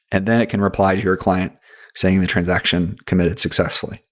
and then it can reply to your client saying the transaction committed successfully.